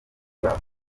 babo